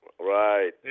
Right